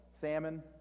Salmon